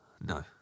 No